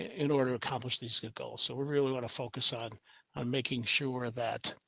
in order to accomplish these goals. so we really want to focus on on making sure that.